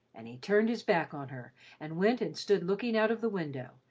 and he turned his back on her and went and stood looking out of the window,